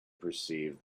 perceived